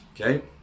Okay